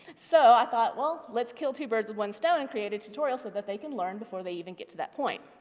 so, i thought well let's kill two birds with one stone and create a tutorial so that they can learn before they even get to that point.